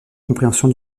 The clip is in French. compréhension